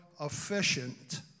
efficient